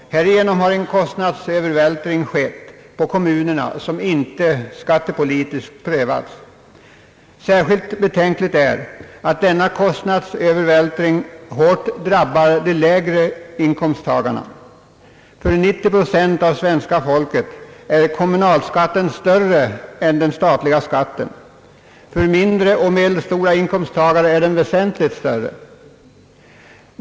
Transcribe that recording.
Härigenom har en kostnadsövervältring skett på kommunerna, vilken inte skattepolitiskt prövats. Särskilt betänkligt är att denna kostnadsövervältring hårt drabbar de lägre inkomsttagarna. För 90 procent av svenska folket är kommunalskatten större än den statliga skatten, för mindre och medelstora inkomsttagare är den väsentligt större.